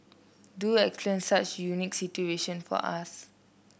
do explain such unique situation for us